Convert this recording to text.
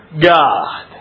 God